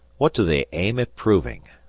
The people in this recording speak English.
what do they aim at proving?